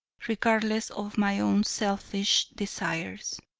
regardless of my own selfish desires.